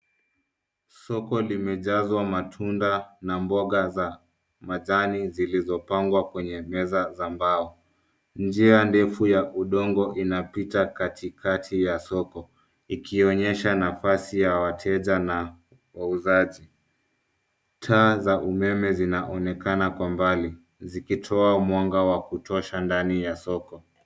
Soko limejazwa matunda na mboga za majani zilizopangwa kwenye meza za mbao. Njia ndefu ya udongo inapita katikati ya soko ikionyesha nafasi ya wateja na wauzaji. Taa za umeme zinaonekana kwa mbali zikitoa mwanga wa kutosha ndani ya soko.